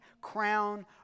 crown